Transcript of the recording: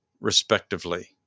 respectively